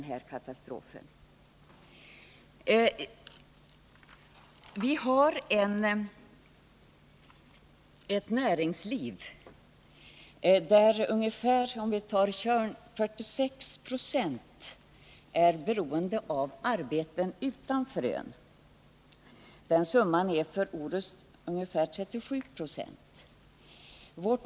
Vi har på Tjörn, om vi nu tar Tjörn som ett exempel, ett näringsliv där ungefär 46 90 av befolkningen är beroende av arbeten utanför ön. Siffran för Orust är ungefär 37 20.